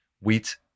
wheat